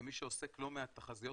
כמי שעוסק בלא מעט תחזיות,